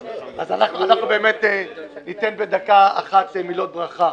אז ניתן בדקה אחת מילות ברכה.